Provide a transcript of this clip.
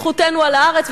זכותנו על הארץ,